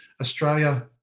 Australia